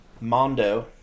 Mondo